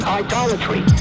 idolatry